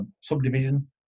subdivision